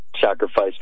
sacrifice